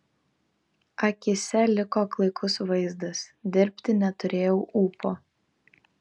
akyse liko klaikus vaizdas dirbti neturėjau ūpo